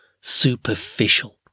superficial